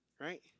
Right